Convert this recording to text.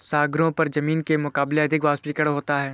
सागरों पर जमीन के मुकाबले अधिक वाष्पीकरण होता है